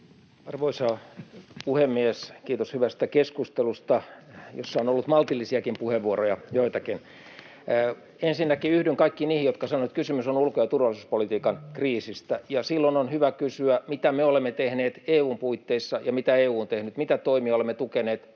Arvoisa puhemies! Kiitos hyvästä keskustelusta, jossa on ollut maltillisiakin puheenvuoroja, joitakin. [Ben Zyskowicz: On ollut hyviäkin puheenvuoroja!] Ensinnäkin yhdyn kaikkiin niihin, jotka sanoivat, että kysymys on ulko- ja turvallisuuspolitiikan kriisistä, ja silloin on hyvä kysyä, mitä me olemme tehneet EU:n puitteissa ja mitä EU on tehnyt, mitä toimia olemme tukeneet